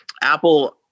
Apple